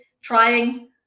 trying